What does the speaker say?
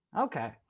Okay